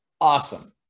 Awesome